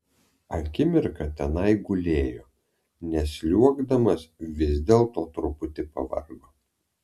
akimirką tenai gulėjo nes sliuogdamas vis dėlto truputį pavargo